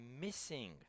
missing